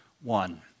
one